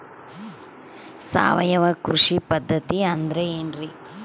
ಸಾವಯವ ಕೃಷಿ ಪದ್ಧತಿ ಅಂದ್ರೆ ಏನ್ರಿ?